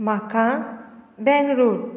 म्हाका बँगलोर